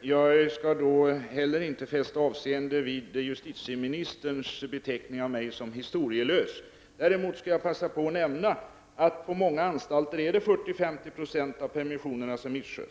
Jag skall inte heller fästa avseende vid justitieministerns beteckning på mig som historielös. Däremot skall jag passa på att nämna att det på många anstalter är 40-50 26 av permissionerna som missköts.